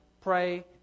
pray